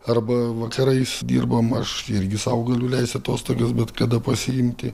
arba vakarais dirbam aš irgi sau galiu leisti atostogas bet kada pasiimti